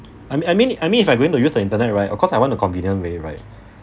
I'm I mean I mean if I going to use the internet right of course I want a convenient way right